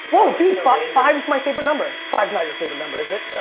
whoa, dude. five's five's my favorite number. five's not your favorite number, is it?